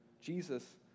Jesus